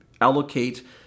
allocate